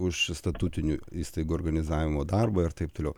už statutinių įstaigų organizavimo darbą ir taip toliau